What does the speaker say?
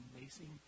amazing